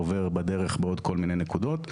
עובר בדרך בעוד כל מיני נקודות,